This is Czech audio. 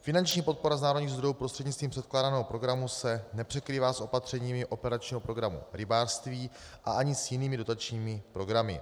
Finanční podpora z národních zdrojů prostřednictvím předkládaného programu se nepřekrývá s opatřeními operačního programu Rybářství a ani s jinými dotačními programy.